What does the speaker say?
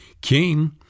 King